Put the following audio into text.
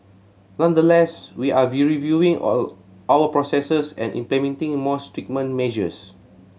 nonetheless we are reviewing all our processes and implementing more stringent measures